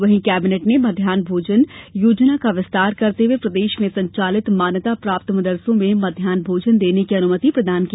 वहीं कैबिनेट ने मध्यान्ह भोजन योजना का विस्तार करते हुए प्रदेश में संचालित मान्यता प्राप्त मदरसों में मध्यान भोजन देने की अनुमति प्रदान की